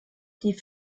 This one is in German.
die